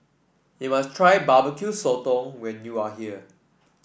you must try Barbecue Sotong when you are here